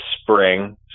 spring